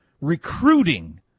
Recruiting